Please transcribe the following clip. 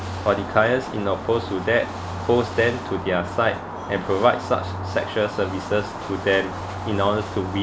for the clients in opposed to that hosts them to their site and provide such sexual services to them in order to be